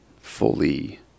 fully